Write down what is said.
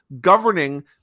governing